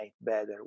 better